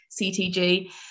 CTG